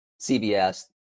CBS